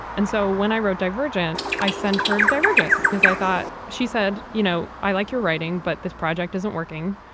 and so when i wrote divergent. i sent her divergent because i thought she said, you know, i like your writing. but this project isn't working.